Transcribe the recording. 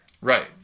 Right